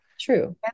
True